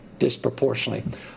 disproportionately